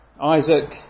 Isaac